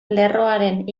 lerroaren